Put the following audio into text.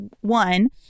one